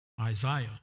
Isaiah